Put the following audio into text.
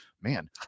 man